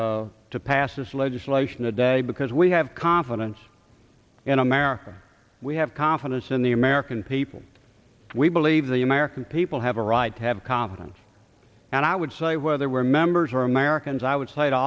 way to pass this legislation today because we have confidence in america we have confidence in the american people we believe the american people have a right to have confidence and i would say whether we're members or americans i would say to